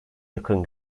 yakın